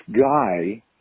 guy